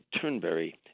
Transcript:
Turnberry